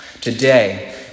Today